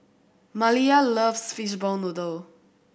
Maliyah loves fishball noodle